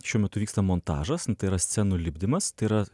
šiuo metu vyksta montažas yra scenų lipdymas tai yra